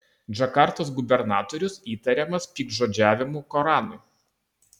džakartos gubernatorius įtariamas piktžodžiavimu koranui